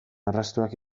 arrastoak